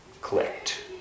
clicked